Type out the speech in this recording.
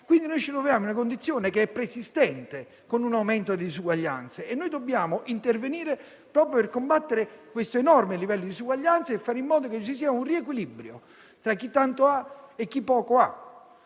Quindi ci troviamo in una condizione che è preesistente, con un aumento delle disuguaglianze e noi dobbiamo intervenire proprio per combattere questo enorme livello di disuguaglianza e fare in modo che ci sia un riequilibrio tra chi tanto ha e chi poco ha.